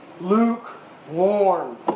lukewarm